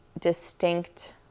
distinct